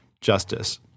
justice